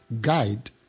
guide